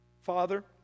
Father